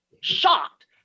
shocked